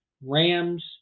Rams